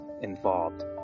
involved